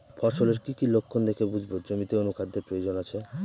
ফসলের কি কি লক্ষণ দেখে বুঝব জমিতে অনুখাদ্যের প্রয়োজন আছে?